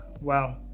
wow